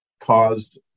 caused